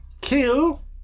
kill